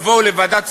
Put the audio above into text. בלילה אחד,